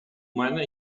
mana